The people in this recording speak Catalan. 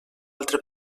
altre